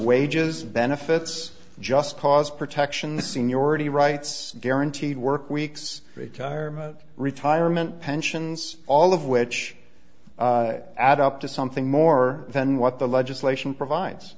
wages benefits just cause protection seniority rights guaranteed work weeks retirement retirement pensions all of which add up to something more than what the legislation provides